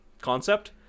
concept